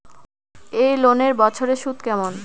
এই লোনের বছরে সুদ কেমন?